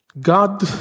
God